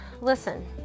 listen